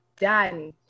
done